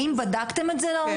האם בדקתם את זה לעומק?